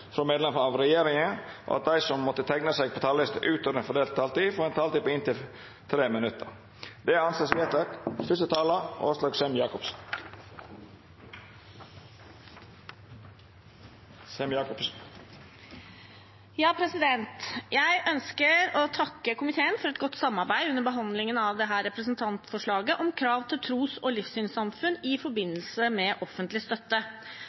frå medlemer av regjeringa, og at dei som måtte teikna seg på talarlista utover den fordelte taletida, får ei taletid på inntil 3 minutt. – Det er vedteke. Jeg ønsker å takke komiteen for et godt samarbeid under behandlingen av representantforslaget om krav til tros- og livssynssamfunn i forbindelse med offentlig støtte.